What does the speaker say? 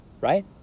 Right